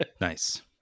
nice